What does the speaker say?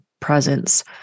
presence